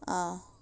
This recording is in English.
ah